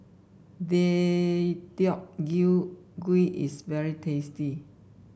Deodeok Gui is very tasty